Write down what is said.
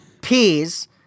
peas